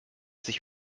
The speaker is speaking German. sich